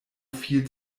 viel